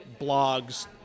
blogs